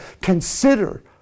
consider